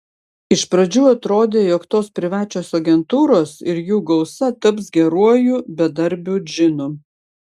iš pradžių atrodė jog tos privačios agentūros ir jų gausa taps geruoju bedarbių džinu